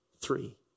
three